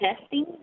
testing